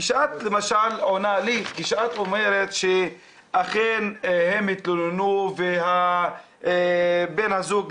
כשאת אומרת שאכן הן התלוננו ובן הזוג,